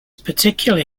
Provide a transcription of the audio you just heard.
particularly